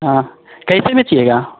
हाँ कैसी में चाहिएगा